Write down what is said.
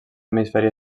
hemisferi